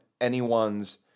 anyone's